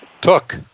took